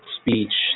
speech